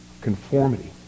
Conformity